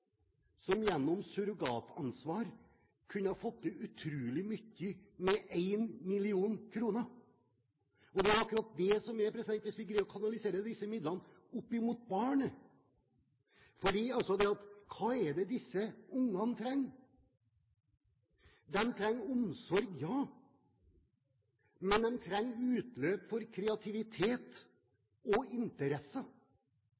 som gjennom surrogatansvar kunne ha fått til utrolig mye med 1 mill. kr. Det er akkurat det det er – hvis vi greier å kanalisere disse midlene mot barnet. Hva er det disse barna trenger? De trenger omsorg, ja. Men de trenger utløp for